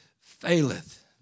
faileth